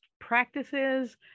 practices